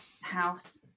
house